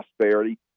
prosperity